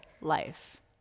life